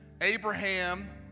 Abraham